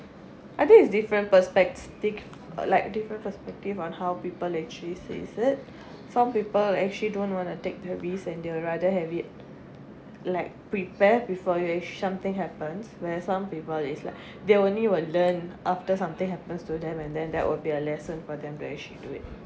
I think it's different perspective like different perspective on how people actually says it some people actually don't want to take the risks and they will rather have it like prepared before you actually something happens where some people is like they only will learn after something happens to them and then that would be a lesson for them to actually do it